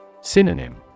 Synonym